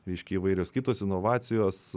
reiškia įvairios kitos inovacijos